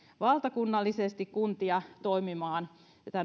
valtakunnallisesti kuntia toimimaan